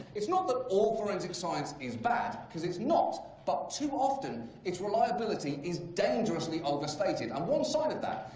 it's not that all forensic science is bad, because it's not. but too often, it's reliability is dangerously overstated. and one side of that,